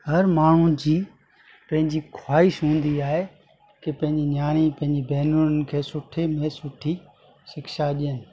हर माउ जी पंहिंजी ख़्वाहिश हूंदी आहे कि पंहिंजी न्याणियुनि पंहिंजी भेनरुनि खे सुठे में सुठी शिक्षा ॾियनि